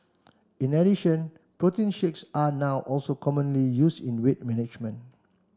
in addition protein shakes are now also commonly used in weight management